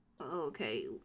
Okay